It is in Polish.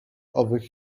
owych